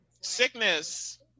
Sickness